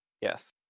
Yes